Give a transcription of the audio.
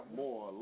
more